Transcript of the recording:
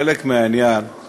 חלק מהעניין הוא